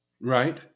Right